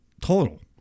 total